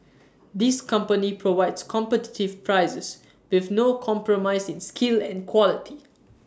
this company provides competitive prices with no compromise in skill and quality